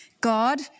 God